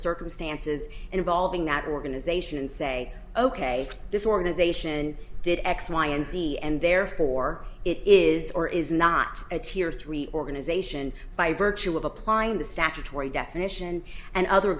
circumstances involving that organization and say ok this organization did x y and z and therefore it is or is not a tier three organization by virtue of applying the statutory definition and other